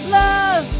love